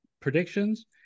predictions